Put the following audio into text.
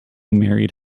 married